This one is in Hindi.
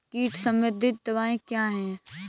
कीट संबंधित दवाएँ क्या हैं?